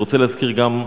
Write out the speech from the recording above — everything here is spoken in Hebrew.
אני רוצה להזכיר גם,